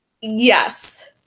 Yes